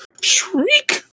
shriek